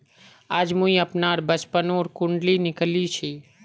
आज मुई अपनार बचपनोर कुण्डली निकली छी